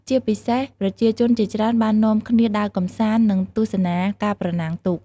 ជាពិសេស ប្រជាជនជាច្រើនបាននាំគ្នា ដើរកម្សាន្ត និងទស្សនាការប្រណាំងទូក។